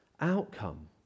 outcome